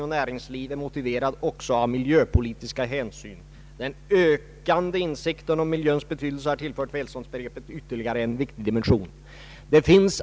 Departementschefens uttalande nu synes oss inte vara i god överensstämmelse med tidigare uttalanden från flera regeringsledamöter om att Norrlandslänen skall bestå som en med andra regioner likvärdig del av den svenska nationen.